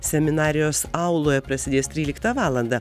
seminarijos auloje prasidės tryliktą valandą